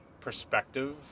perspective